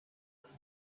życie